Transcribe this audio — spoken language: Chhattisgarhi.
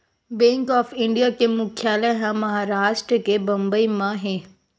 बेंक ऑफ इंडिया के मुख्यालय ह महारास्ट के बंबई म हे